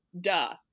duh